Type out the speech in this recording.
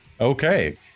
Okay